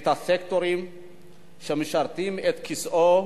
את הסקטורים שמשרתים את כיסאו,